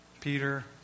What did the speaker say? Peter